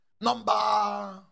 Number